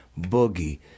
Boogie